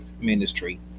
ministry